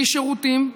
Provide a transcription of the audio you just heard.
בלי שירותים,